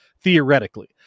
theoretically